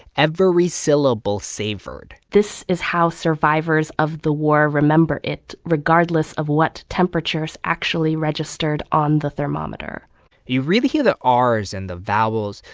every syllable savored this is how survivors of the war remember it, regardless of what temperatures actually registered on the thermometer you really hear the ah rs and the vowels.